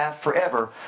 forever